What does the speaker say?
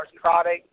product